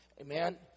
amen